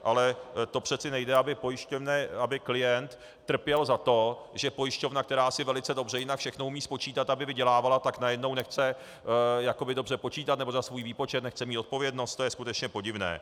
Ale to přece nejde, aby klient trpěl za to, že pojišťovna, která si velice dobře jinak všechno umí spočítat, aby vydělávala, tak najednou nechce jakoby dobře počítat, nebo za svůj výpočet nechce mít odpovědnost, to je skutečně podivné.